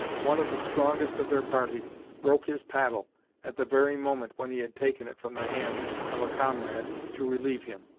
one of the strongest of their party broke his paddle at the very moment when he had taken it from the hand of a comrade to relieve him.